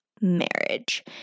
marriage